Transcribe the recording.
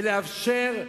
ולאפשר,